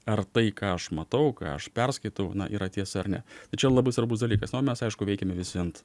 ar tai ką aš matau ką aš perskaitau yra tiesa ar ne tai čia labai svarbus dalykas na o mes aišku veikiame visi ant